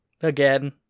again